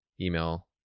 email